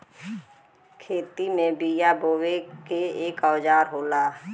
खेती में बिया बोये के एक औजार होला